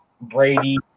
Brady